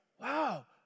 wow